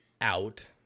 out